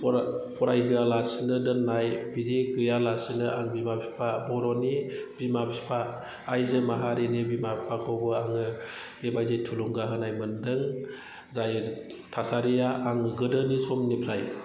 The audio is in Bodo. फरायहोआलासिनो दोननाय बिदि गैयालासिनो आं बिमा बिफा बर'नि बिमा बिफा आइजो माहारिनि बिमा बिफाखौबो आङो बेबायदि थुलुंगा होनाय मोनदों जाय थासारिया आं गोदोनि समनिफ्राय